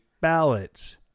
ballots